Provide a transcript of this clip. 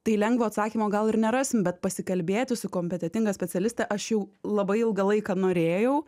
tai lengvo atsakymo gal ir nerasim bet pasikalbėti su kompetentinga specialiste aš jau labai ilgą laiką norėjau